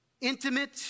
intimate